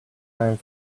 time